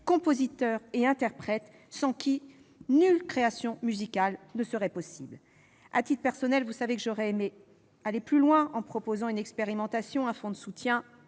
compositeurs et interprètes sans qui nulle création musicale ne serait possible. Vous savez que, à titre personnel, j'aurais aimé aller plus loin, en proposant une expérimentation, un fonds de soutien.